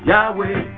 Yahweh